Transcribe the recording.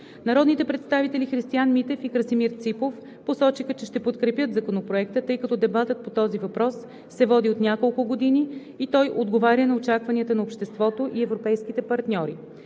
Народните представители Христиан Митев и Красимир Ципов посочиха, че ще подкрепят Законопроекта, тъй като дебатът по този въпрос се води от няколко години и той отговаря на очакванията на обществото и европейските партньори.